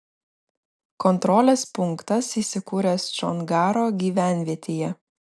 kontrolės punktas įsikūręs čongaro gyvenvietėje